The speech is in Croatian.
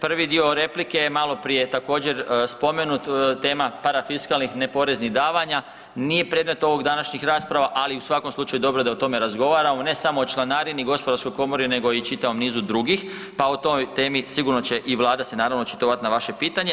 Prvi dio replike je maloprije također spomenut, tema parafiskalnih neporeznih davanja nije predmet ovih današnjih rasprava, ali u svakom slučaju dobro da o tome razgovaramo, ne samo o članarini gospodarskoj komori, nego i čitavom nizu drugih, pa o toj temi sigurno će i vlada se naravno očitovat na vaše pitanje.